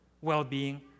well-being